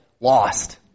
lost